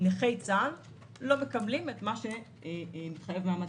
נכי השואה לא מקבלים את מה שמתחייב מהמדד.